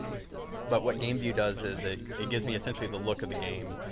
but what game view does is it, it gives me essentially the look of the game